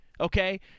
Okay